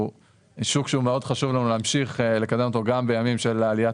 שהוא שוק שהוא מאוד חשוב לנו להמשיך לקדם אותו גם בימים של עליית